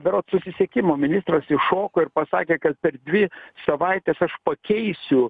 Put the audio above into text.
berods susisiekimo ministras iššoko ir pasakė kad per dvi savaites aš pakeisiu